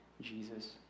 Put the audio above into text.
Jesus